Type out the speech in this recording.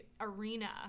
arena